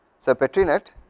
so petri net,